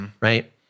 Right